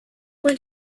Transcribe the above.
when